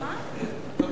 ההעלאה